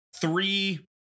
three